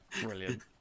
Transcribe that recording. Brilliant